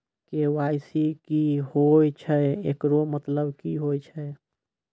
KYC की होय छै, एकरो मतलब की होय छै?